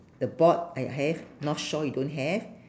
the board I have north shore you don't have